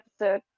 episode